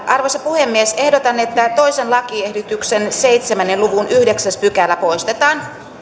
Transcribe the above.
arvoisa puhemies ehdotan että toisen lakiehdotuksen seitsemän luvun yhdeksäs pykälä poistetaan